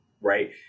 Right